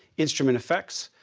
instrument effects.